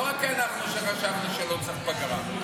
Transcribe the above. לא רק אנחנו חשבנו שלא צריך פגרה.